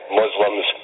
muslims